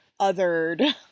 othered